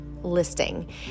listing